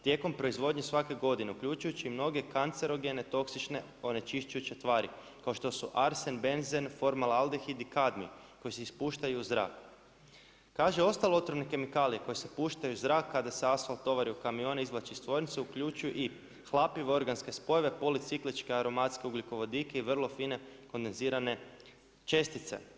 Tijekom proizvodnje svake godine uključujući i mnoge kancerogene, toksične, onečišćujuće tvari kao što su arsen, benzen, formaldehid i kadmij koji se ispuštaju u zrak.“ Kaže „Ostale otrovne kemikalije koje se puštaju u zrak kada se asfalt tovari u kamione izvlači iz tvornice uključuju i hlapljive organske spojeve, policikličke aromatske ugljikovodike i vrlo fine kondenzirane čestice.